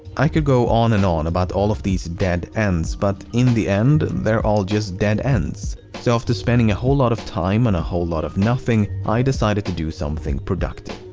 i could go on and on about all of these dead ends, but in the end, they're all just dead ends. so after spending a whole lot of time on a whole lot of nothing, i decided to do something productive.